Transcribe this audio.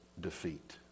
defeat